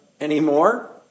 anymore